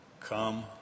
Come